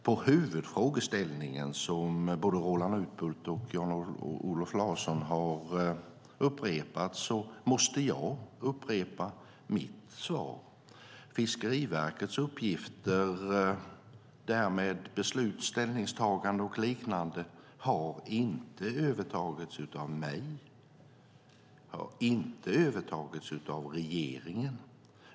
På huvudfrågeställningen, som både Roland Utbult och Jan-Olof Larsson har upprepat, måste jag upprepa mitt svar. Fiskeriverkets uppgifter - beslut, ställningstagande och liknande - har inte övertagits av mig. Det har inte övertagits av regeringen.